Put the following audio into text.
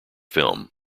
film